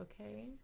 okay